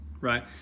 right